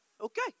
Okay